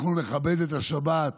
אנחנו נכבד את השבת,